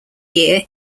year